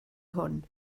hwn